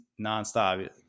nonstop